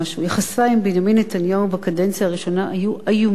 יחסי עם בנימין נתניהו בקדנציה הראשונה היו איומים.